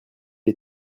est